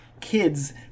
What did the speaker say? kids